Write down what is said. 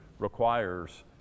requires